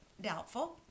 doubtful